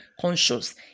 conscious